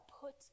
put